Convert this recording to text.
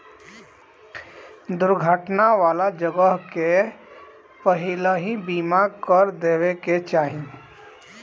दुर्घटना वाला जगह के पहिलही बीमा कर देवे के चाही